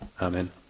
Amen